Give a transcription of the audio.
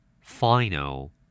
Final